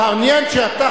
מעניין שאתה,